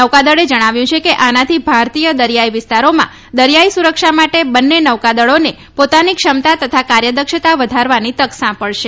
નૌકાદળે જણાવ્યું છે કે આનાથી ભારતીય દરિયાઈ વિસ્તારોમાં દરિયાઈ સુરક્ષા માટે બંને નૌકાદળોને પોતાની ક્ષમતા તથા કાર્યદક્ષતા વધારવાની તક સાંપડશે